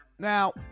Now